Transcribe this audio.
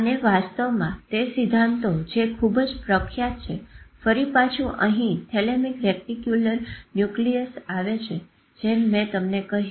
અને વાસ્તવમાં તે સિદ્ધાંતો જે ખુબ જ પ્રખ્યાત છે ફરી પાછું અહી થેલેમિક રેટીક્યુલર ન્યુક્લિઅસ આવે છે જેમ મેં તમને કહ્યું